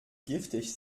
giftig